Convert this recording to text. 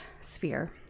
sphere